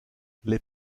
les